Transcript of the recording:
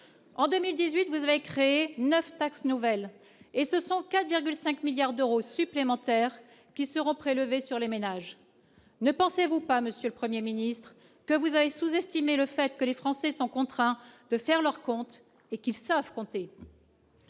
en 2018 vous voulait créer 9 taxes nouvelles et ce sont 4,5 milliards d'euros supplémentaires qui seront prélevés sur les ménages, ne pensez-vous pas monsieur le 1er Ministre que vous avez sous-estimé le fait que les Français sont contraints de faire leurs comptes et qui savent compter.